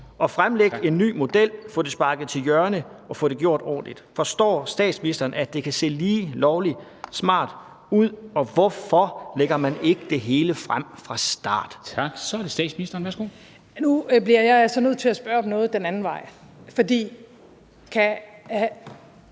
fremlægge en ny model, få det sparket til hjørne og få det gjort ordentligt? Forstår statsministeren, at det kan se lige lovlig smart ud, og hvorfor lægger man ikke det hele frem fra start? Kl. 13:48 Formanden (Henrik